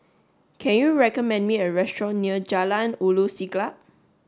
can you recommend me a restaurant near Jalan Ulu Siglap